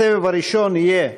הסבב הראשון יהיה: